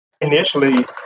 Initially